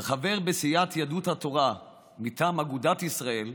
כחבר בסיעת יהדות התורה מטעם אגודת ישראל,